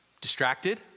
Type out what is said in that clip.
distracted